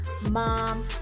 mom